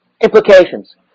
implications